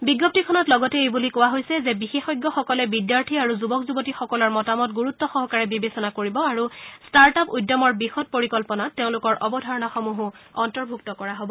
বিজ্ঞপ্তিখনত লগতে এই বুলি কোৱা হৈছে যে বিশেষজ্ঞসকলে বিদ্যাৰ্থী আৰু যুৱক যুৱতীসকলৰ মতামত গুৰুত্ব সহকাৰে বিবেচনা কৰিব আৰু ষ্টাৰ্ট আপ উদ্যমৰ বিশদ পৰিকল্পনাত তেওঁলোকৰ অৱধাৰণাসমূহো অন্তৰ্ভুক্ত কৰা হব